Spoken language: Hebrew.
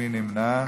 מי נמנע?